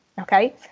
Okay